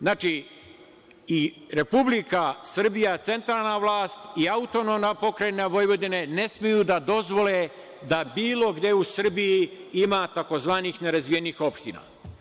Znači, i Republika Srbija, centralna vlast, i AP Vojvodine ne smeju da dozvole da bilo gde u Srbiji ima tzv. nerazvijenih opština.